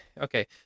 Okay